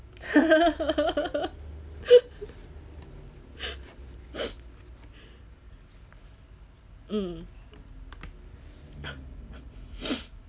mm